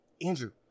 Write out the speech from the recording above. Andrew